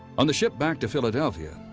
on the ship back to philadelphia,